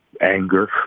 anger